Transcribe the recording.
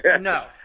No